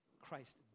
Christ